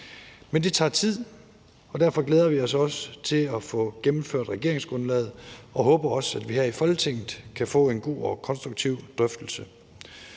Men det tager tid, og derfor glæder vi os også til at få gennemført regeringsgrundlaget og håber også, at vi her i Folketinget kan få en god og konstruktiv drøftelse.